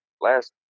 last